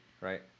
Right